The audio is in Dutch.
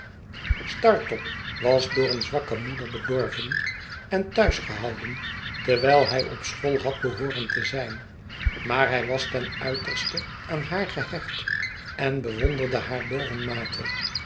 startop was door eene zwakke moeder bedorven en thuis gehouden terwijl hij op school had behooren te zijn maar hi was ten uiterste aan haar gehecht en bewonderde haar